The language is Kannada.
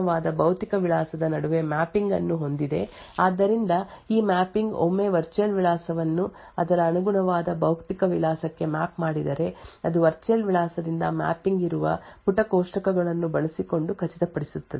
ಟಿ ಎಲ್ ಬಿ ಎಂದರೆ translation look aside buffer virtual ವಿಳಾಸ ಮತ್ತು ಅನುಗುಣವಾದ ಭೌತಿಕ ವಿಳಾಸದ ನಡುವೆ ಮ್ಯಾಪಿಂಗ್ ಅನ್ನು ಹೊಂದಿದೆ ಆದ್ದರಿಂದ ಈ ಮ್ಯಾಪಿಂಗ್ ಒಮ್ಮೆ ವರ್ಚುಯಲ್ ವಿಳಾಸವನ್ನು ಅದರ ಅನುಗುಣವಾದ ಭೌತಿಕ ವಿಳಾಸಕ್ಕೆ ಮ್ಯಾಪ್ ಮಾಡಿದರೆ ಅದು ವರ್ಚುಯಲ್ ವಿಳಾಸದಿಂದ ಮ್ಯಾಪಿಂಗ್ ಇರುವ ಪುಟ ಕೋಷ್ಟಕಗಳನ್ನು ಬಳಸಿಕೊಂಡು ಖಚಿತಪಡಿಸುತ್ತದೆ